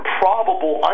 probable